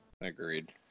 Agreed